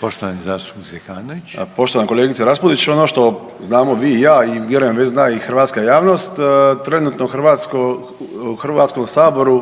suverenisti)** Poštovana kolegice Raspudić, ono što znamo vi i ja i vjerujem već zna i hrvatska javnost, trenutno u HS